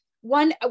one